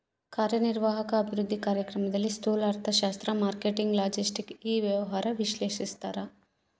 ಕಾರ್ಯನಿರ್ವಾಹಕ ಅಭಿವೃದ್ಧಿ ಕಾರ್ಯಕ್ರಮದಲ್ಲಿ ಸ್ತೂಲ ಅರ್ಥಶಾಸ್ತ್ರ ಮಾರ್ಕೆಟಿಂಗ್ ಲಾಜೆಸ್ಟಿಕ್ ಇ ವ್ಯವಹಾರ ವಿಶ್ಲೇಷಿಸ್ತಾರ